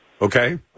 okay